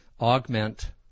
augment